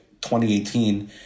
2018